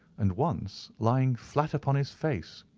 and once lying flat upon his face.